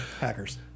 Hackers